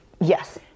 Yes